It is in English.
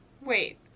Wait